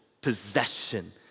possession